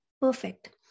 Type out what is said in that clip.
perfect